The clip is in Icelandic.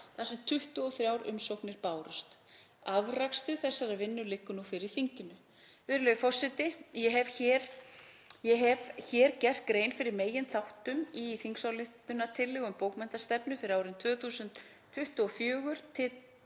þar sem 23 umsagnir bárust. Afrakstur þessarar vinnu liggur nú fyrir þinginu. Virðulegi forseti. Ég hef hér gert grein fyrir meginþáttum í þingsályktunartillögu um bókmenntastefnu fyrir árin 2024–2030